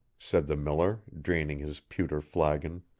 said the miller, draining his pewter flagon.